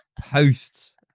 Posts